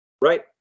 Right